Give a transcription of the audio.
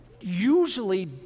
usually